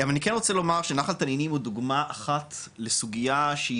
אבל אני כן רוצה לומר שנחל תנינים הוא דוגמה אחת לסוגיה שהיא